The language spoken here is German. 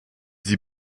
sie